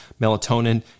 melatonin